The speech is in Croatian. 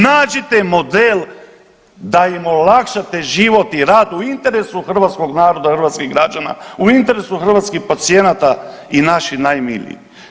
Nađite model da im olakšate život i rad u interesu hrvatskog naroda i hrvatskih građana, u interesu hrvatskih pacijenata i naših najmilijih.